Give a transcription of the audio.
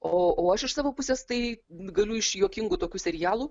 o o aš iš savo pusės tai galiu iš juokingų tokių serialų